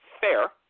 fair